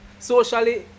Socially